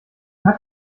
hat